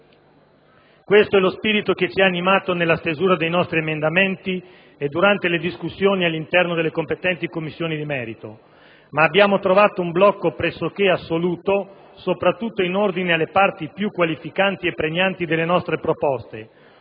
Questo è lo spirito che ci ha animato nella stesura dei nostri emendamenti e durante le discussioni all'interno delle competenti Commissioni di merito; tuttavia, abbiamo trovato un blocco pressoché assoluto, soprattutto in ordine alle parti più qualificanti e pregnanti delle nostre proposte;